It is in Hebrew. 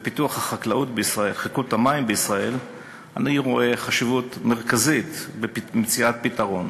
ופיתוח חקלאות המים בישראל אני רואה חשיבות מרכזית במציאת פתרון,